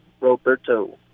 Roberto